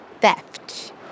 theft